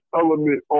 element